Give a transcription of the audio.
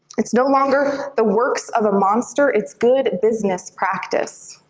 it's no longer the works of a monster, it's good business practice.